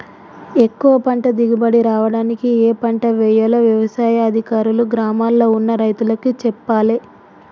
ఎక్కువ పంట దిగుబడి రావడానికి ఏ పంట వేయాలో వ్యవసాయ అధికారులు గ్రామాల్ల ఉన్న రైతులకు చెప్పాలే